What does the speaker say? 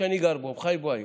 שאני גר בו וחי בו היום,